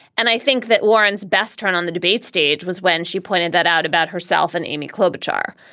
and i think that warren's best turn on the debate stage was when she pointed that out about herself and amy klobuchar,